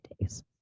days